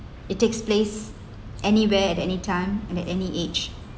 it takes place anywhere at anytime at any age